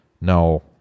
no